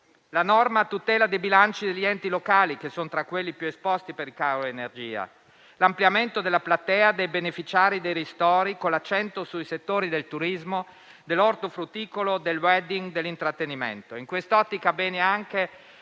la norma a tutela dei bilanci degli enti locali, che sono tra quelli più esposti per il caro energia; l'ampliamento della platea dei beneficiari dei ristori, con l'accento sui settori del turismo, dell'ortofrutticolo, del *wedding* e dell'intrattenimento. In quest'ottica, bene anche